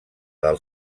del